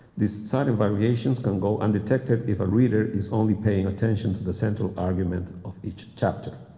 this sign of variations can go undetected if a reader is only paying attention to the central argument of each chapter.